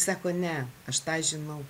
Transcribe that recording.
sako ne aš tą žinau